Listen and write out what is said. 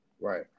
right